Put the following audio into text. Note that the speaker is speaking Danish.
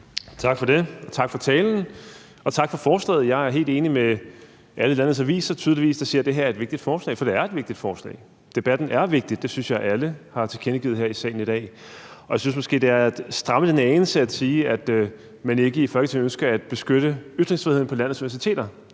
Tak for det, og tak for talen, og tak for forslaget. Jeg er tydeligvis helt enig med alle landets aviser, der siger, at det her er et vigtigt forslag, for det er et vigtigt forslag, debatten er vigtig, og det synes jeg alle har tilkendegivet her i salen i dag. Jeg synes måske, at det er at stramme den en anelse at sige, at man ikke i Folketinget ønsker at beskytte ytringsfriheden på landets universiteter,